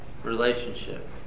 Relationship